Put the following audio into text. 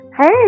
hey